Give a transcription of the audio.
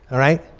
all right?